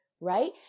right